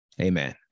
Amen